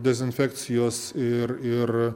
dezinfekcijos ir ir